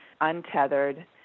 untethered